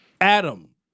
Adam